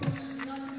כבוד היושב-ראש,